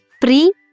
pre-